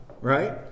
right